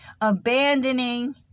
abandoning